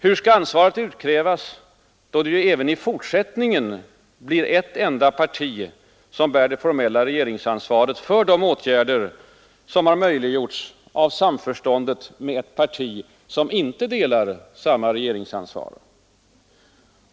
Hur skall ansvaret utkrävas, då det ju även i fortsättningen blir ett enda parti som bär det formella regeringsansvaret för de åtgärder som har möjliggjorts av samförståndet med ett parti som inte delar samma regeringsansvar?